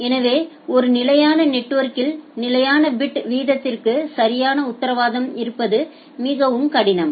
எனவே ஒரு நிலையான நெட்வொர்கில் நிலையான பிட் வீதத்திற்கு சரியான உத்தரவாதம் இருப்பது மிகவும் கடினம்